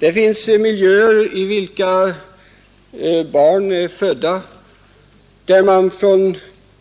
Det finns miljöer i vilka barn är födda om vilka man från